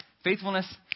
Faithfulness